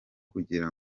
kugira